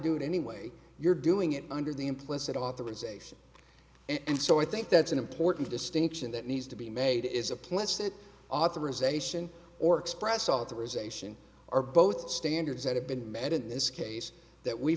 do it anyway you're doing it under the implicit authorization and so i think that's an important distinction that needs to be made is a pledge that authorization or express authorization are both standards that have been met in this case that we